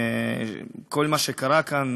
בכל מה שקרה כאן,